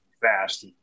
fast